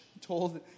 told